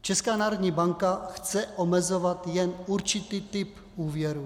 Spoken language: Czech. Česká národní banka chce omezovat jen určitý typ úvěrů.